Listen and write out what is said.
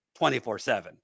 24-7